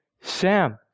Sam